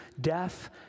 death